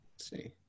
see